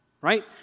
right